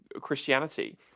Christianity